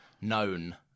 known